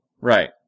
right